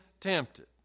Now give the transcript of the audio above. tempted